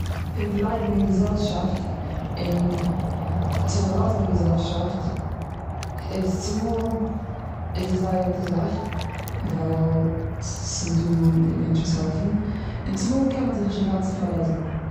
פון גלייבן און געזעלשאפט און זיך צו פארלאזן און געזעלשאפט איז צומאל זייער א גוטע זאך. ווייל ס'- ס'איז דא מענטשן וואס העלפן. און צומאל קען מען זיך נישט אינגאנצן פארלאזן.